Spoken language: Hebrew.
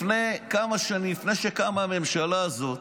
לפני כמה שנים, לפני שקמה הממשלה הזאת,